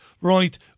right